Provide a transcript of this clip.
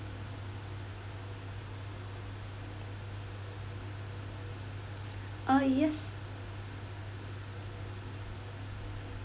uh yes